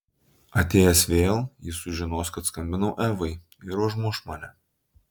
atėjęs vėl jis sužinos kad skambinau evai ir užmuš mane